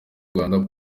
rwanda